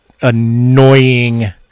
annoying